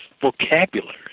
vocabulary